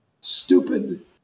stupid